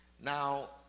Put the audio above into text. Now